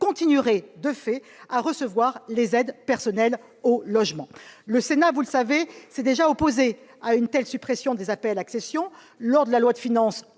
continueraient de fait à recevoir les aides personnelles au logement. Le Sénat, vous le savez, s'est déjà opposé à une telle suppression de l'APL-accession lors de l'examen